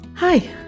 Hi